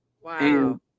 Wow